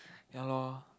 ya lor